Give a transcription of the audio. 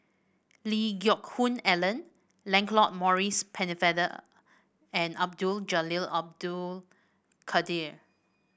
Lee Geck Hoon Ellen Lancelot Maurice Pennefather and Abdul Jalil Abdul Kadir